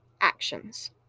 actions